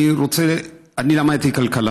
אני למדתי כלכלה